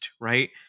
Right